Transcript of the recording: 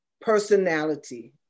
personality